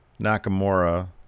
Nakamura